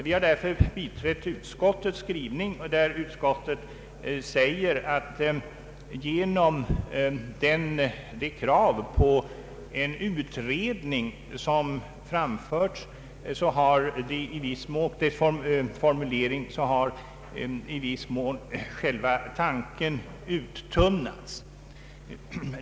Därför har vi biträtt utskottets skrivning, i vilken framgår att i de krav på en utredning som framförts har i viss mån själva tanken uttunnats.